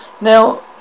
Now